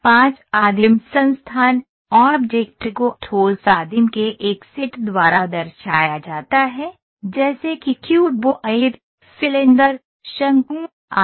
5 आदिम संस्थान ऑब्जेक्ट को ठोस आदिम के एक सेट द्वारा दर्शाया जाता है जैसे कि क्यूबॉइड सिलेंडर शंकु आदि